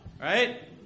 Right